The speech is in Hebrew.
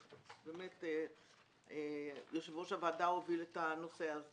- באמת יושב-ראש הוועדה הוביל את הנושא הזה